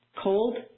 cold